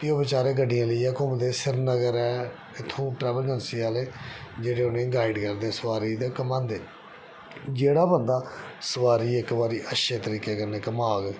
एह् बेचारे गड्डियां लेइयै घुमदे श्रीनगर ऐ इत्थूं ट्रैवल एजेंसी आह्ले उ'नेंगी गाइड करदे सवारी गी ते घुमांदे जेह्ड़ा बंदा सुआरी गी इक बारी अच्छे तरीके कन्नै घुमाग